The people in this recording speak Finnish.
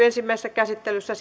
ensimmäisessä käsittelyssä